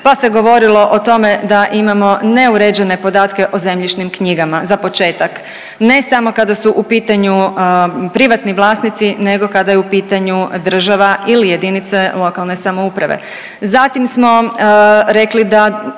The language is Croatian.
pa se govorilo o tome da imamo neuređene podatke o zemljišnim knjigama, za početak ne samo kada su u pitanju privatni vlasnici nego kada je u pitanju država ili JLS. Zatim smo rekli da